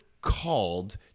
called